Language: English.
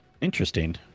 interesting